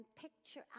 picture